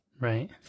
Right